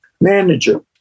manager